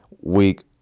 Week